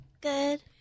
Good